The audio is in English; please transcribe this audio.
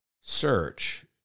search